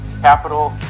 capital